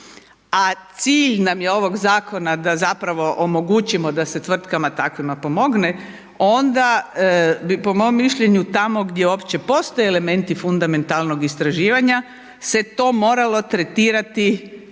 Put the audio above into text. a cilj nam je ovog zakona da zapravo omogućimo da se tvrtkama takvima pomogne, onda bi po mom mišljenju, tako gdje uopće postoje elementi fundamentalnog istraživanja se to moralo tretirati